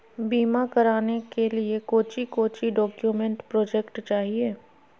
बीमा कराने के लिए कोच्चि कोच्चि डॉक्यूमेंट प्रोजेक्ट चाहिए?